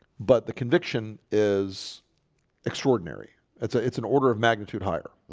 but the conviction is extraordinary that's ah it's an order of magnitude higher.